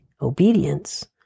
obedience